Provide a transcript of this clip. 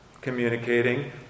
communicating